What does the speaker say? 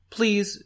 Please